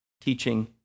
teaching